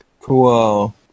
Cool